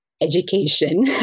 education